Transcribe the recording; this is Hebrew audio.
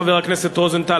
חבר הכנסת רוזנטל,